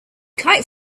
kite